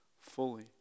fully